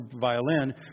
violin